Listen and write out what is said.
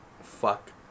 fuck